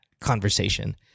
conversation